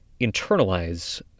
internalize